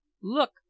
look